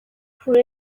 پوره